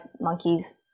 monkeys